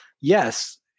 yes